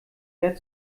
wer